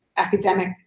Academic